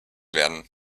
werden